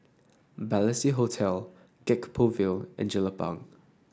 Balestier Hotel Gek Poh Ville and Jelapang